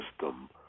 system